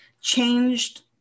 changed